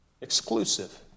Exclusive